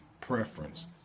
preference